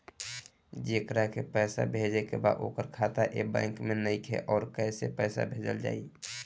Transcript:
जेकरा के पैसा भेजे के बा ओकर खाता ए बैंक मे नईखे और कैसे पैसा भेजल जायी?